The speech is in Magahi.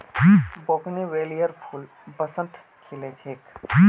बोगनवेलियार फूल बसंतत खिल छेक